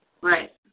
Right